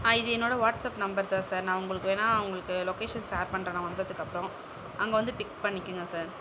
ஆ இது என்னோடய WhatsApp number தான் சார் நான் உங்களுக்கு வேணா உங்களுக்கு லொகேஷன் ஷேர் பண்றேன் நான் வந்ததுக்கு அப்புறம் அங்கே வந்து பிக் பண்ணிக்குங்க சார்